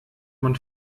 man